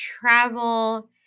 travel